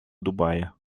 дубае